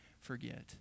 forget